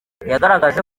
yagaragaje